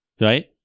right